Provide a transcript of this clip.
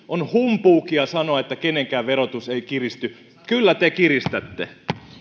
on humpuukia sanoa että kenenkään verotus ei kiristy kyllä te kiristätte